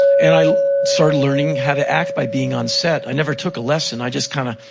and i started learning how to act by being on set. i never took a lesson. i just kinda,